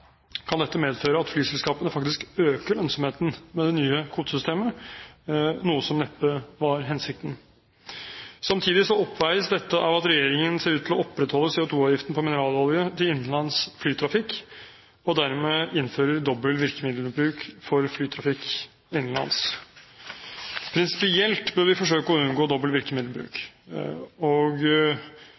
kan dette medføre at flyselskapene faktisk øker lønnsomheten med det nye kvotesystemet – noe som neppe var hensikten. Samtidig oppveies dette av at regjeringen ser ut til å opprettholde CO2-avgiften på mineralolje til innenlands flytrafikk og dermed innfører dobbel virkemiddelbruk for flytrafikk innenlands. Prinsipielt bør vi forsøke å unngå dobbel virkemiddelbruk. Jeg mener i dette tilfellet – og